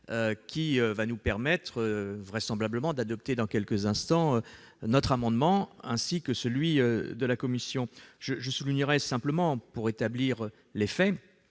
-qui nous permettra vraisemblablement d'adopter dans quelques instants notre amendement et celui de la commission. Je souligne simplement, pour rétablir les faits,